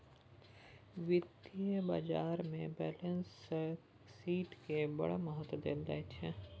वित्तीय बाजारमे बैलेंस शीटकेँ बड़ महत्व देल जाइत छै